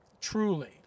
Truly